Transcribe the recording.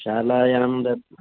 शालायां दद्